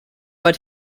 but